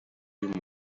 y’uwo